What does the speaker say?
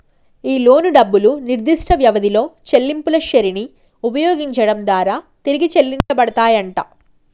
ఈ లోను డబ్బులు నిర్దిష్ట వ్యవధిలో చెల్లింపుల శ్రెరిని ఉపయోగించడం దారా తిరిగి చెల్లించబడతాయంట